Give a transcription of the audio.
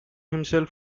himself